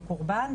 או קורבן,